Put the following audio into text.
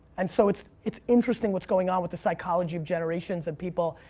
and so it's it's interesting what's going on with the psychology of generations and people,